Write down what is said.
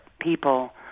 people